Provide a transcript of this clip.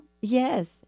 Yes